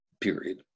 period